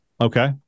Okay